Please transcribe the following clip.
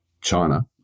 China